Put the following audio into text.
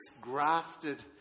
grafted